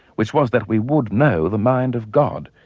which was that we would know the mind of god.